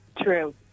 True